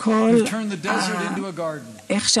ישראל נולדה כנגד כל הסיכויים,